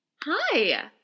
Hi